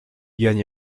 gagne